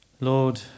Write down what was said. Lord